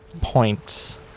points